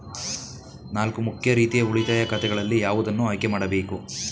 ನಾಲ್ಕು ಮುಖ್ಯ ರೀತಿಯ ಉಳಿತಾಯ ಖಾತೆಗಳಲ್ಲಿ ಯಾವುದನ್ನು ಆಯ್ಕೆ ಮಾಡಬೇಕು?